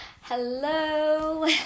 hello